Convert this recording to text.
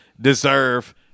deserve